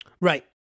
Right